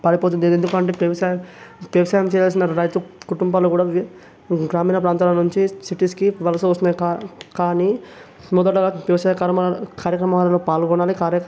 పడిపోతుంది ఎందుకంటే వ్యవసాయం వ్యవసాయం చేయాల్సిన రైతు కుటుంబాలు కూడా గ్రామీణ ప్రాంతాల నుంచి సిటీస్కు వలస వస్తున్నాయి కానీ మొదట వ్యవసాయ కర్మ కార్యక్రమాలలో పాల్గొనాలి కార్య